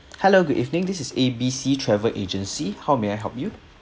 hello good evening this is A B C travel agency how may I help you